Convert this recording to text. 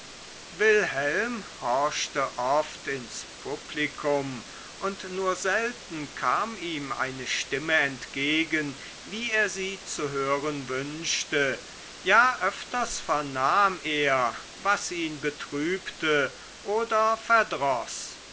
wilhelm horchte oft ins publikum und nur selten kam ihm eine stimme entgegen wie er sie zu hören wünschte ja öfters vernahm er was ihn betrübte oder